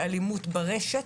אלימות ברשת,